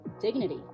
dignity